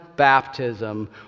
baptism